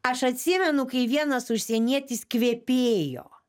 aš atsimenu kai vienas užsienietis kvepėjo